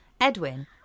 Edwin